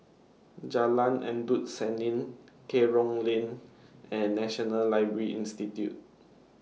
Jalan Endut Senin Kerong Lane and National Library Institute